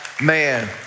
Man